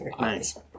Nice